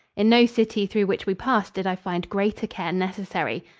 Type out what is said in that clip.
in no city through which we passed did i find greater care necessary.